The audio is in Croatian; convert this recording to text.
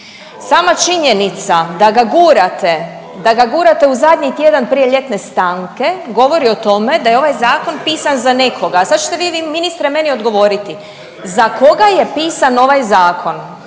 da ga gurate, da ga gurate u zadnji tjedan prije ljetne stanke govori o tome da je ovaj zakon pisan za nekoga, a sad ćete vi meni ministre odgovoriti za koga je pisan ovaj zakon.